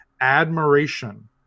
admiration